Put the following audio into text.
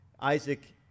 Isaac